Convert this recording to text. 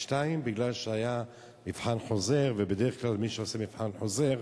2. מכיוון שהיה מבחן חוזר ובדרך כלל בקרב מי שעושים מבחן חוזר,